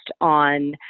on